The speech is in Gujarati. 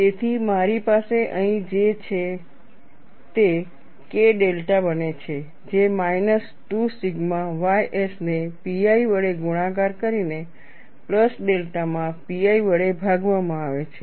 તેથી મારી પાસે અહીં જે છે તે K ડેલ્ટા બને છે જે માઈનસ 2 સિગ્મા ys ને pi વડે ગુણાકાર કરીને પ્લસ ડેલ્ટા માં pi વડે ભાગવામાં આવે છે